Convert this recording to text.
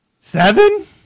Seven